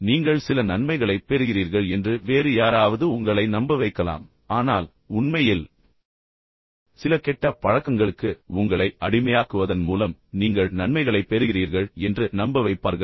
நீங்கள் சில நன்மைகளைப் பெறுகிறீர்கள் என்று வேறு யாராவது உங்களை நம்ப வைக்கலாம் ஆனால் உண்மையில் சில கெட்ட பழக்கங்களுக்கு உங்களை அடிமையாக்குவதன் மூலம் நீங்கள் நன்மைகளைப் பெறுகிறீர்கள் என்று எப்போதும் நம்ப வைப்பார்கள்